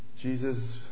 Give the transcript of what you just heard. Jesus